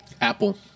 Apple